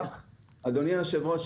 אדוני היושב ראש,